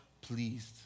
pleased